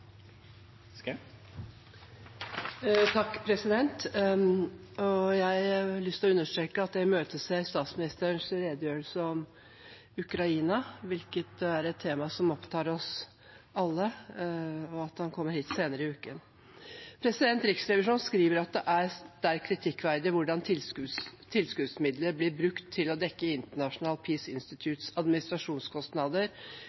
Jeg har lyst til å understreke at jeg imøteser statsministerens redegjørelse om Ukraina, hvilket er et tema som opptar oss alle, og at han kommer hit senere i uken. Riksrevisjonen skriver at det er sterkt kritikkverdig hvordan tilskuddsmidler blir brukt til å dekke